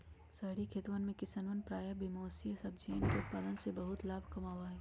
शहरी खेतवन में किसवन प्रायः बेमौसमी सब्जियन के उत्पादन से बहुत लाभ कमावा हई